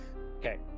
Okay